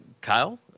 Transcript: Kyle